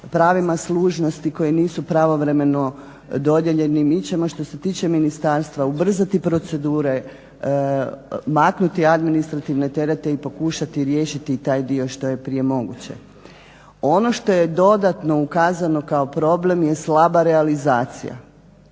pravima služnosti koji nisu pravovremeno dodijeljeni. Mi ćemo što se tiče ministarstva ubrzati procedure, maknuti administrativne terete i pokušati riješiti i taj dio to je prije moguće. Ono što je dodatno ukazano kao problem, je slaba realizacija.